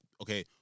okay